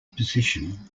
position